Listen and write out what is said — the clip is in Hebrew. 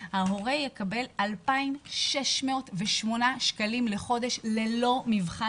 ההורה יקבל 2,608 לחודש ללא מבחן